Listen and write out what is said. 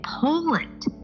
Poland